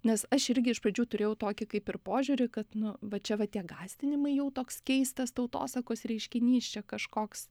nes aš irgi iš pradžių turėjau tokį kaip ir požiūrį kad nu va čia va tie gąsdinimai jau toks keistas tautosakos reiškinys čia kažkoks